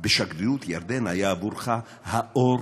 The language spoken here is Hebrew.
בשגרירות ירדן היה עבורך האור